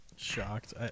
Shocked